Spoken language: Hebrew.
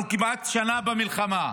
אנחנו כמעט שנה במלחמה,